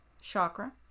chakra